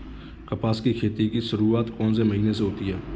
कपास की खेती की शुरुआत कौन से महीने से होती है?